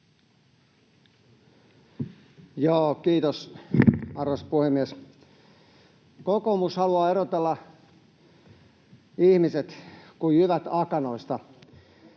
Kiitos, arvoisa puhemies! Kokoomus haluaa erotella ihmiset kuin jyvät akanoista.